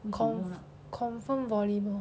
con~ confirm volleyball